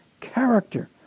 character